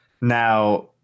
Now